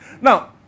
Now